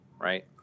right